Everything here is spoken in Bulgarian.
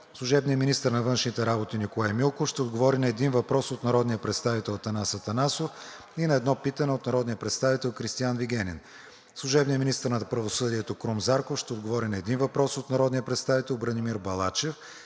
служебният министър на външните работи Николай Милков ще отговори на един въпрос от народния представител Атанас Атанасов и на едно питане от народния представител Кристиан Вигенин; - служебният министър на правосъдието Крум Зарков ще отговори на един въпрос от народния представител Бранимир Балачев;